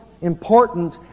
important